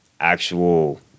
actual